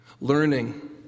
learning